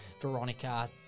Veronica